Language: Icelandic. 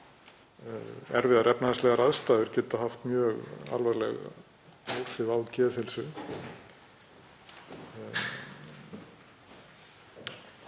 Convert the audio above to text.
Erfiðar efnahagslegar aðstæður geta haft mjög alvarleg áhrif á geðheilsu.